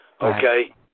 okay